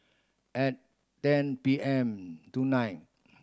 at ten P M tonight